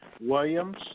Williams